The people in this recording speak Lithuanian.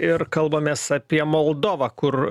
ir kalbamės apie moldovą kur